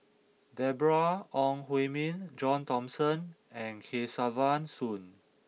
Deborah Ong Hui Min John Thomson and Kesavan Soon